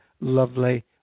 lovely